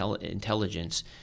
intelligence